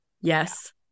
Yes